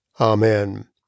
amen